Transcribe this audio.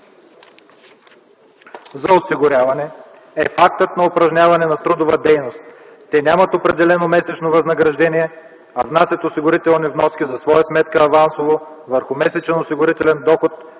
за осигуряване е фактът на упражняване на трудова дейност. Те нямат определено месечно възнаграждение, а внасят осигурителни вноски за своя сметка авансово върху месечен осигурителен доход